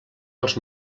els